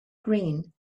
green